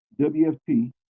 wft